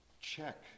check